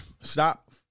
Stop